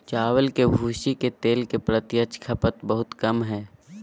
चावल के भूसी के तेल के प्रत्यक्ष खपत बहुते कम हइ